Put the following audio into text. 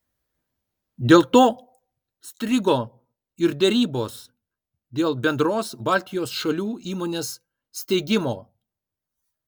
dėl to strigo ir derybos dėl bendros baltijos šalių įmonės steigimo